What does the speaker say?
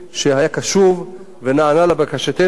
שהיה קשוב ונענה לבקשתנו,